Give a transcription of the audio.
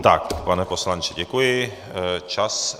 Tak, pane poslanče, děkuji, čas.